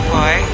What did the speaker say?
Boy